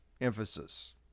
emphasis